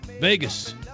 Vegas